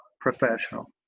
professional